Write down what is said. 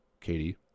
Katie